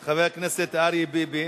של חבר הכנסת אריה ביבי